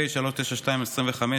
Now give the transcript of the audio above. פ/392/25,